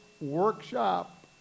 workshop